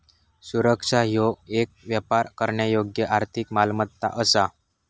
सुरक्षा ह्यो येक व्यापार करण्यायोग्य आर्थिक मालमत्ता असा